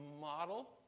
model